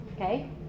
Okay